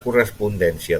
correspondència